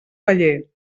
paller